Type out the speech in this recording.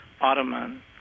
Ottoman